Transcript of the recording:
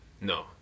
No